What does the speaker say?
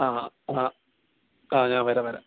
ആ ആ ആ ഞാൻ വരാം വരാം